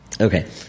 Okay